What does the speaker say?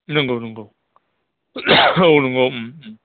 नंगौ नंगौ औ नंगौ